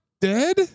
dead